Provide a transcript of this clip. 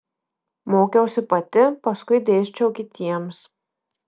mokiausi pati paskui dėsčiau kitiems